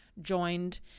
joined